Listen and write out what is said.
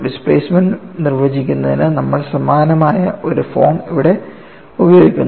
displacement നിർവചിക്കുന്നതിന് നമ്മൾ സമാനമായ ഒരു ഫോം ഇവിടെ ഉപയോഗിക്കുന്നു